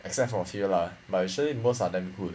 except for a few lah but usually most are damn good